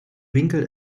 winkel